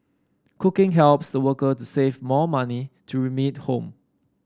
cooking helps the worker to save more money to remit home